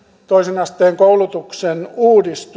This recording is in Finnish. toisen asteen koulutuksen uudistus ja